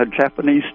Japanese